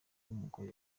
umugore